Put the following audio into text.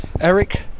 Eric